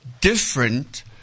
different